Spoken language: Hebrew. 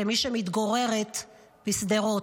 כמי שמתגוררת בשדרות: